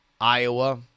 Iowa